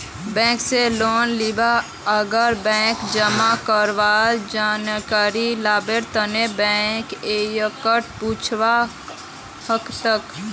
bank स loan लीबा आर बैंकत जमा करवार जानकारी लिबार तने बैंक एजेंटक पूछुवा हतोक